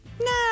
No